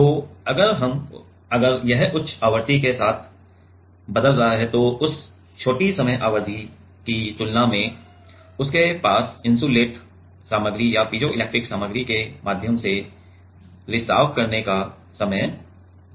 तो अगर हम अगर यह उच्च आवृत्ति के साथ बदल रहा है तो उस छोटी समय अवधि की तुलना में उसके पास इन्सुलेट सामग्री या पीजोइलेक्ट्रिक सामग्री के माध्यम से रिसाव करने का समय नहीं है